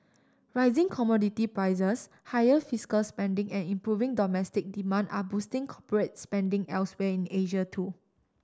rising commodity prices higher fiscal spending and improving domestic demand are boosting corporates spending elsewhere in Asia too